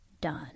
done